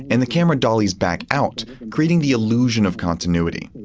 and the camera dollies back out creating the illusion of continuity.